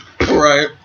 Right